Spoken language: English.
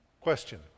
Question